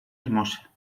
hermosa